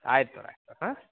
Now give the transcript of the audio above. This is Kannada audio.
ಆಯಿತು ಆಯಿತು ಹಾಂ